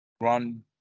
run